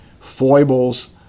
foibles